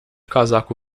casaco